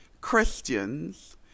Christians